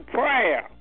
prayer